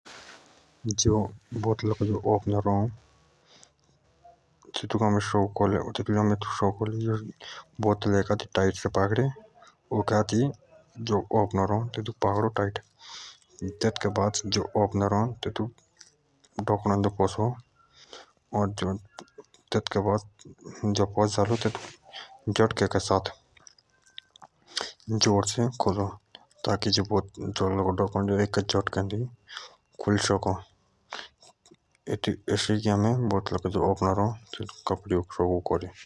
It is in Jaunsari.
बोतल का ढक्कन हमें एसो सको खोले कि जो बोतलको मुंह टाईट पड़ो पकड़नो जेतु आमे और जो बोतल को खोलने वालों अ ते बोटल क ढक्कन दो फसाए ताशी तेतुक जोर से खोल ताकी बोतल को ढक्कन एक ही बारी दो जाओ खोले।